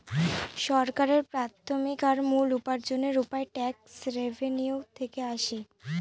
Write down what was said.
সরকারের প্রাথমিক আর মূল উপার্জনের উপায় ট্যাক্স রেভেনিউ থেকে আসে